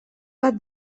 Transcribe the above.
bat